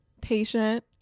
patient